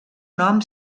nom